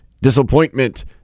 Disappointment